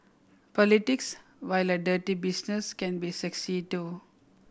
politics while a dirty business can be sexy too